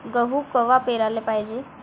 गहू कवा पेराले पायजे?